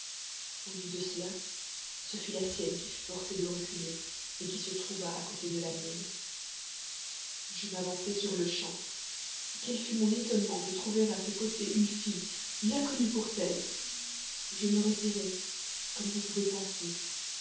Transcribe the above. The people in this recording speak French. au lieu de cela ce fut la sienne qui fut forcée de reculer qui se trouva à côté de la mienne je m'avançai sur-le-champ quel fut mon étonnement de trouver à ses côtés une fille bien connue pour telle je me retirai comme vous pouvez penser